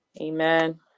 amen